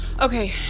Okay